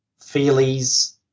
feelies –